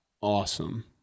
awesome